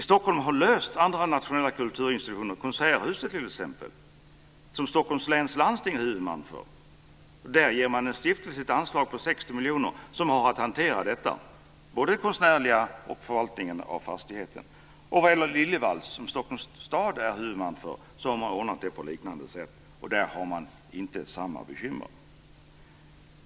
Stockholm har löst detta i fråga om andra nationella kulturinstitutioner. När det t.ex. gäller Konserthuset, som Stockholms läns landsting är huvudman för, ger man ett anslag på 60 miljoner till en stiftelse som har att hantera detta, både det konstnärliga och förvaltningen av fastigheten. När det gäller Liljevalchs, som Stockholms stad är huvudman för, har man ordnat det på liknande sätt, och där har man inte samma bekymmer.